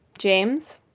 james,